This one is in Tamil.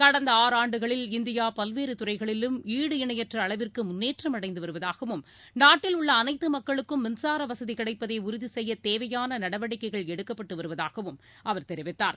கடந்த ஆறு ஆண்டுகளில் இந்தியா பல்வேறு துறைகளிலும் ஈடுஇணையற்ற அளவிற்கு முன்னேற்றம் அடைந்து வருவதாகவும் நாட்டில் உள்ள அனைத்து மக்களுக்கும் மின்சார வசதி கிடைப்பதை உறுதி செய்ய தேவையான நடவடிக்கைகள் எடுக்கப்பட்டு வருவதாகவும் அவர் தெரிவித்தார்